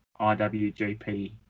IWGP